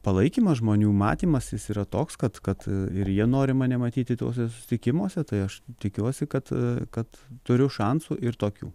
palaikymas žmonių matymas jis yra toks kad kad ir jie nori mane matyti tuose susitikimuose tai aš tikiuosi kad kad turiu šansų ir tokių